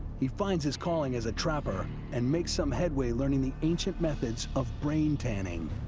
he finds his calling as a trapper and makes some headway learning the ancient methods of brain-tanning.